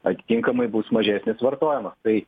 atitinkamai bus mažesnis vartojimas tai